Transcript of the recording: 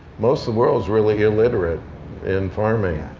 most of the world's really illiterate in farming.